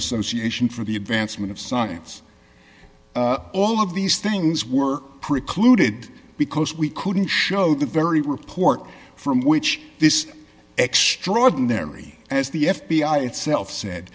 association for the advancement of science all of these things work precluded because we couldn't show the very report from which this extraordinary as the f b i itself said